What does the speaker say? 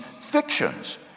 fictions